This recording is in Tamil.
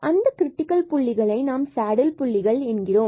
மற்றும் அந்த கிரிடிக்கல் புள்ளிகளை நாம் சேடில் புள்ளிகள் என்கிறோம்